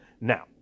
Now